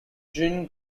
jean